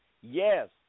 yes